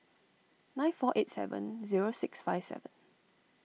nine four eight seven zero six five seven